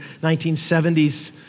1970s